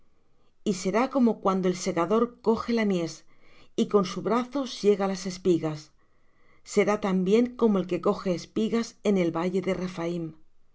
y será como cuando el segador coge la mies y con su brazo siega las espigas será también como el que coge espigas en el valle de